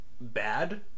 bad